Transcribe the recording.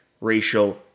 racial